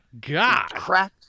God